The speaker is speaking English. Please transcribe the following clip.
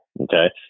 okay